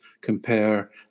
compare